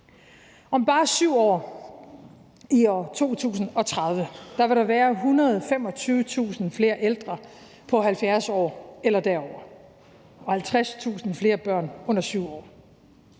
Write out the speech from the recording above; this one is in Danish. Om bare 7 år, i år 2030, vil der være 125.000 flere ældre på 70 år eller derover og 50.000 flere børn under 7 år.